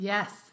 Yes